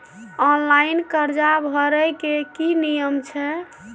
Online कर्जा भरै के की नियम छै?